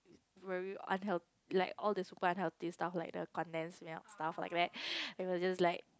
really unheal~ like all the super unhealthy stuff like the condensed milk stuff like that and I was just like